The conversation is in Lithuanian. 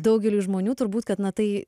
daugeliui žmonių turbūt kad na tai